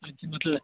कुछ मतलब